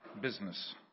business